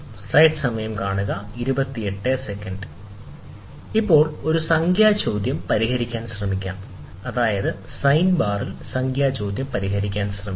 ഇപ്പോൾ ഈ ദിശയിൽ ഈ ഒരു സംഖ്യാ ചോദ്യം പരിഹരിക്കാൻ ശ്രമിക്കാം അതായത് സൈൻ ബാറിൽ സംഖ്യാ ചോദ്യം പരിഹരിക്കാൻ ശ്രമിക്കാം